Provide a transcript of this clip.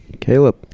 Caleb